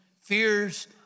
fears